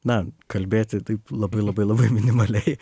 na kalbėti taip labai labai labai minimaliai